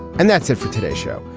and that's it for today's show,